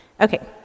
Okay